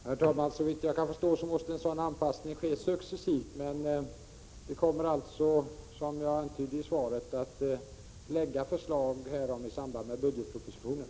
Herr talman! Såvitt jag förstår måste en sådan anpassning ske successivt. Men vi kommer alltså som jag antydde i svaret, att lägga fram förslag härom i samband med budgetpropositionen.